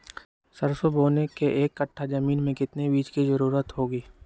सरसो बोने के एक कट्ठा जमीन में कितने बीज की जरूरत होंगी?